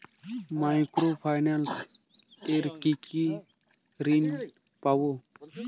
Micro finance এ কি কি ঋণ পাবো?